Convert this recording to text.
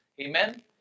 Amen